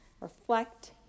reflect